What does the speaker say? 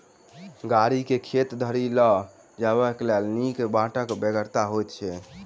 गाड़ी के खेत धरि ल जयबाक लेल नीक बाटक बेगरता होइत छै